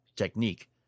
technique